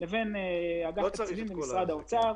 לבין אגף תקציבים במשרד האוצר.